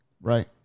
Right